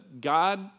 God